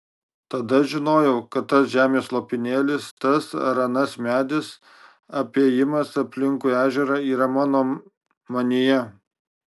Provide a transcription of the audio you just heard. tada žinojau kad tas žemės lopinėlis tas ar anas medis apėjimas aplinkui ežerą yra mano manyje